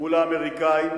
מול האמריקנים,